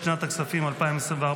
לשנת הכספים 2024,